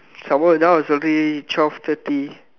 some more now is already twelve thirty